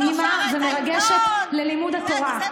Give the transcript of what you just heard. מדהימה ומרגשת ללימוד התורה.